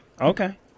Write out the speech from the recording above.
Okay